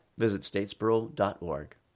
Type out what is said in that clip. visitstatesboro.org